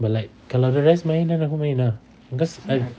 but like kalau the rest main then aku main ah cause I